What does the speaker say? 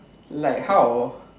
like how